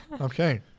okay